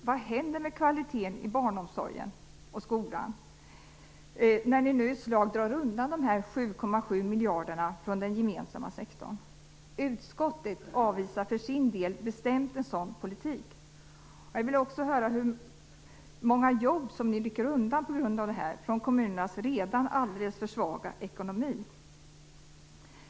Vad händer med kvaliteten i barnomsorgen och i skolan, Lennart Hedquist, när ni nu i ett slag vill dra undan 7,7 miljarder från den gemensamma sektorn? Utskottet avvisar för sin del bestämt en sådan politik. Jag undrar också: Hur många jobb försvinner från kommuner och landsting om ni rycker undan grunden för deras redan alldeles för svaga ekonomi?